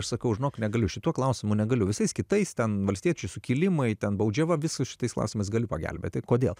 aš sakau žinok negaliu šituo klausimu negaliu visais kitais ten valstiečių sukilimai ten baudžiava visais šitais klausimais galiu pagelbėti kodėl